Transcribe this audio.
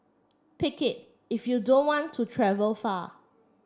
pick it if you don't want to travel far